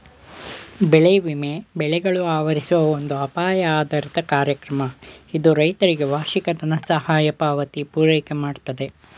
ಬೆಳೆ ವಿಮೆ ಬೆಳೆಗಳು ಆವರಿಸುವ ಒಂದು ಅಪಾಯ ಆಧಾರಿತ ಕಾರ್ಯಕ್ರಮ ಇದು ರೈತರಿಗೆ ವಾರ್ಷಿಕ ದನಸಹಾಯ ಪಾವತಿ ಪೂರೈಕೆಮಾಡ್ತದೆ